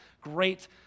Great